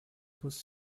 pose